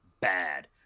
bad